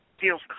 feels